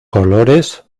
colores